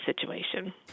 situation